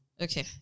Okay